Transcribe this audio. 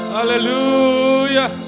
Hallelujah